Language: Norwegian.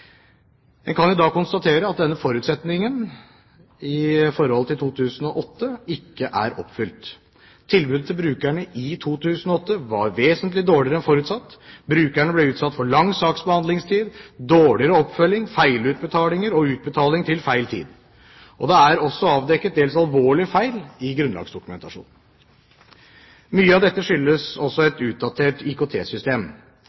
En kan da konstatere at denne forutsetningen i forhold til 2008 ikke er oppfylt. Tilbudet til brukerne i 2008 var vesentlig dårligere enn forutsatt, brukerne ble utsatt for lang saksbehandlingstid, dårligere oppfølging, feilutbetalinger og utbetaling til feil tid. Det er også avdekket dels alvorlige feil i grunnlagsdokumentasjonen. Mye av dette skyldes også